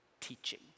teaching